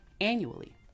annually